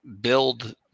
build